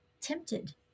tempted